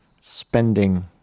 spending